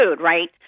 right